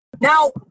Now